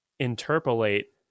interpolate